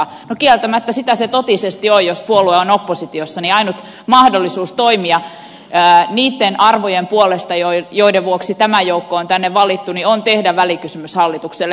no kieltämättä sitä se totisesti on jos puolue on oppositiossa niin ainut mahdollisuus toimia niitten arvojen puolesta joiden vuoksi tämä joukko on tänne valittu on tehdä välikysymys hallitukselle